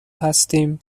هستیم